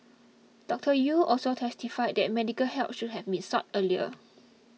Doctor Yew also testified that medical help should have been sought earlier